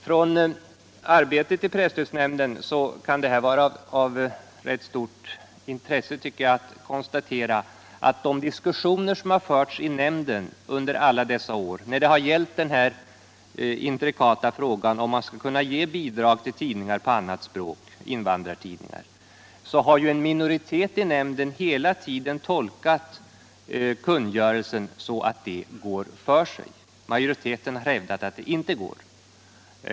Från arbetet i presstödsnämnden kan det vara av rätt stort intresse att konstatera att under de diskussioner som förts i nämnden alla dessa år — när det har gällt den intrikata frågan om man skall kunna ge bidrag till tidningar på annat språk, invandrartidningar — har en minoritet i nämnden hela tiden tolkat kungörelsen så att det går för sig. Majoriteten har hävdat att det inte går.